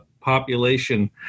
population